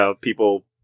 people